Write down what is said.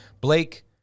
blake